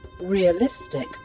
realistic